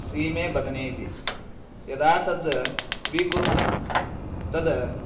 सीमे बदने इति यदा तद् स्वीकुर्मः तद्